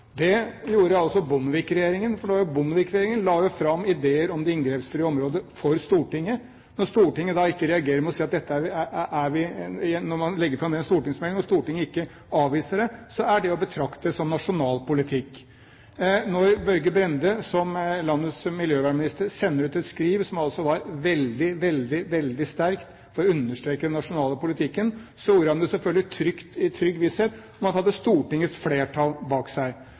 Det gjorde altså Bondevik-regjeringen, for Bondevik-regjeringen la jo fram ideer om de inngrepsfrie områder for Stortinget. Når man legger fram det i en stortingsmelding, og Stortinget ikke avviser den, er det å betrakte som nasjonal politikk. Da Børge Brende som landets miljøvernminister sendte ut et skriv som var veldig, veldig sterkt, for å understreke den nasjonale politikken, gjorde han det selvfølgelig i trygg visshet om at han hadde Stortingets flertall bak seg.